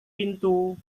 pintu